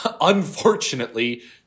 unfortunately